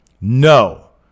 no